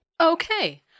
Okay